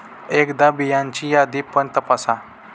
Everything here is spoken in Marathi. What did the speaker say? एकदा बियांची यादी पण तपासा